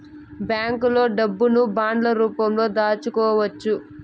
బ్యాంకులో డబ్బును బాండ్ల రూపంలో దాచుకోవచ్చు